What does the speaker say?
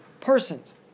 persons